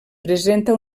presenta